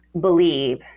believe